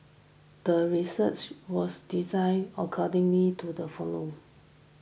the research was designed accordingly to the hypothesis